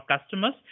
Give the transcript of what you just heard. customers